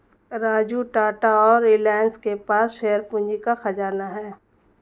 राजू टाटा और रिलायंस के पास शेयर पूंजी का खजाना है